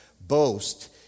boast